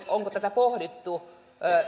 onko pohdittu